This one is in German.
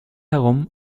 herum